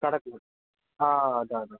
கரெக்டுங்க ஆ அதான் அதான்